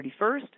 31st